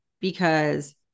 because-